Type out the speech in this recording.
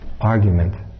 argument